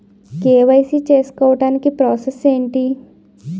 KYC చేసుకోవటానికి process ఏంటి?